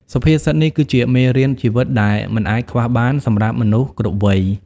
សុភាសិតនេះគឺជាមេរៀនជីវិតដែលមិនអាចខ្វះបាន សម្រាប់មនុស្សគ្រប់វ័យ។